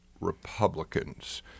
Republicans